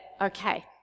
okay